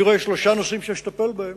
אני רואה שלושה נושאים שיש לטפל בהם.